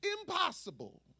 impossible